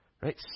Right